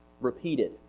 Repeated